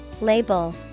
Label